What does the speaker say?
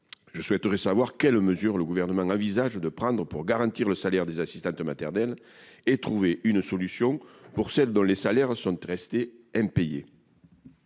je souhaiterais savoir quelles mesures le gouvernement envisage de prendre pour garantir le salaire des assistantes maternelles et trouver une solution pour celles dont les salaires sont tu restées impayées.